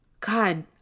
God